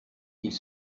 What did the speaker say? ils